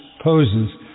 poses